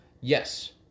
Yes